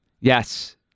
Yes